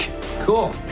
Cool